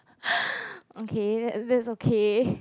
okay that that's okay